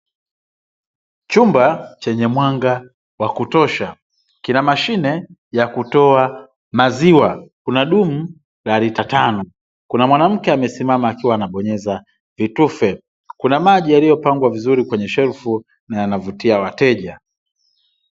Chumba chenye mwanga wa kutosha kina mashine ya kutoa maziwa, kuna dumu la lita tano kuna mwanamke amesimama akiwa anabonyeza vitufe, kuna maji yaliyopangwa vizuri kwenye shelfu na yanavutia wateja.